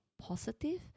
positive